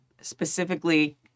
specifically